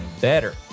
better